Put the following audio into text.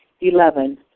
Eleven